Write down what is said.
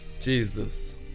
Jesus